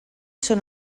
són